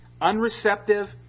Unreceptive